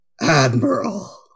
Admiral